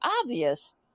obvious